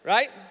Right